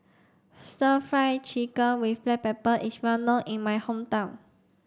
stir fry chicken with black pepper is well known in my hometown